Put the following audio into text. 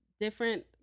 different